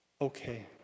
Okay